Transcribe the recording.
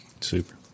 Super